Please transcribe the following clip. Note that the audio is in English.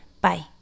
Bye